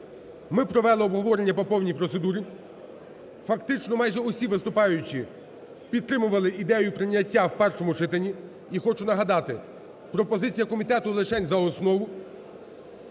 Ми провели обговорення по повній процедурі. Фактично майже усі виступаючі підтримували ідею прийняття в першому читанні, і хочу нагадати, пропозиція комітету лишень за основу.